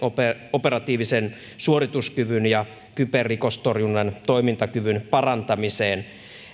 operatiivisen suorituskyvyn ja kyberrikostorjunnan toimintakyvyn parantamiseen